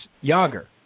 Yager